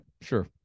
sure